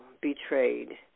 betrayed